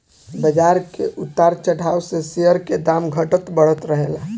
बाजार के उतार चढ़ाव से शेयर के दाम घटत बढ़त रहेला